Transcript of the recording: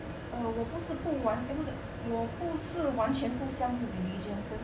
err 我不是不完 eh 不是我不是完全不相信 religion 可是